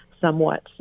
somewhat